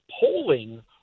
polling